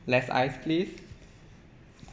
less ice please